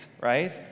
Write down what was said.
right